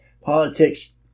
Politics